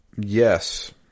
Yes